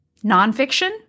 Nonfiction